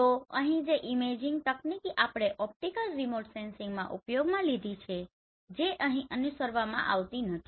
તો અહીં જે ઇમેજિંગ તકનીકીઓ આપણે ઓપ્ટિકલ રિમોટ સેન્સિંગમાં ઉપયોગમાં લીધી છે જે અહીં અનુસરવામાં આવતી નથી